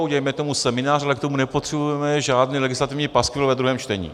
Udělejme k tomu seminář, ale k tomu nepotřebujeme žádný legislativní paskvil ve druhém čtení.